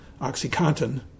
Oxycontin